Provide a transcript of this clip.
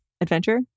adventure